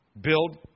Build